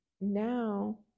now